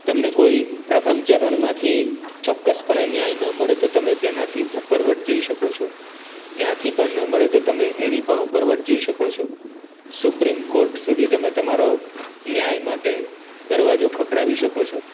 તમને કોઇ પ્રથમ ચરણમાંથી ચોક્ક્સપણે ન્યાય ન મળે તો તમે તેનાથી ઉપરવટ જઈ શકો છો ત્યાંથી પણ ન મળે તો તમે એની પણ ઉપરવટ જઈ શકો છો સુપ્રીમ કોર્ટ સુધી તમે તમારો ન્યાય માટે દરવાજો ખખડાવી શકો છો